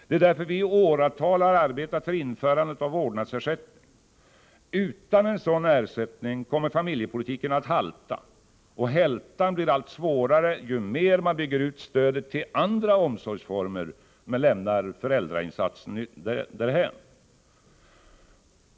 Det är därför vi i åratal har arbetat för införandet av vårdnadsersättning. Utan en sådan ersättning kommer familjepolitiken att halta. Och hältan blir allt svårare ju mer man bygger ut stödet till andra omsorgsformer men lämnar föräldrainsatsen därhän.